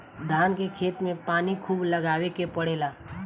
धान के खेत में पानी खुब लगावे के पड़ेला